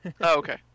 okay